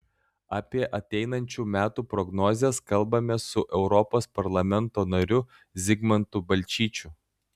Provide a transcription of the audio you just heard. apie ateinančių metų prognozes kalbamės su europos parlamento nariu zigmantu balčyčiu